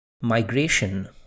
Migration